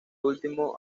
último